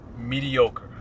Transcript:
mediocre